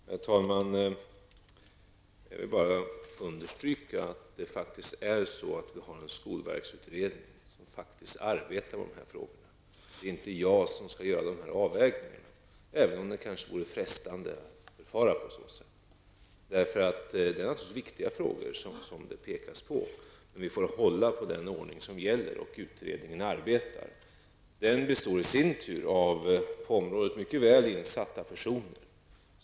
Herr talman! Jag vill bara understryka att det faktiskt är så att vi har en skolverksutredning som arbetar med de här frågorna. Det är inte jag som skall göra dessa avvägningar, även om det kanske vore frestande att förfara på det sättet. Det är naturligtvis viktiga frågor som det pekas på, men vi får hålla på den ordning som gäller, och utredningen arbetar. Den består i sin tur av på området mycket väl insatta personer.